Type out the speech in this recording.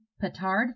petard